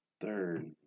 third